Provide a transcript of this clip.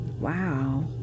Wow